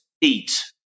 eat